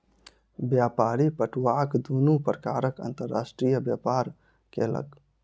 व्यापारी पटुआक दुनू प्रकारक अंतर्राष्ट्रीय व्यापार केलक